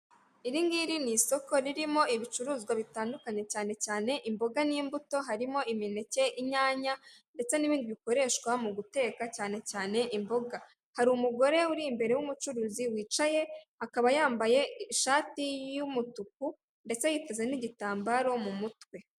Iri ngiri ni isoko ririmo ibicuruzwa bitandukanye cyane cyane imboga n'imbuto harimo imineke, inyanya ndetse n'ibindi bikoreshwa mu guteka cyane cyane imboga, hari umugore uri imbere w'umucuruzi wicaye, akaba yambaye ishati y'umutuku ndetse yiteza n'igitambaro mu mutwe.